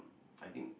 I think